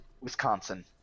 Wisconsin